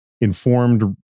informed